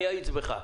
אני אאיץ בך.